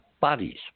bodies